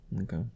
Okay